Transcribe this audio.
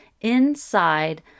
inside